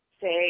say